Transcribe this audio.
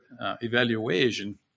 evaluation